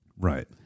Right